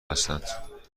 هستند